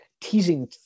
teasing